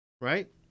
right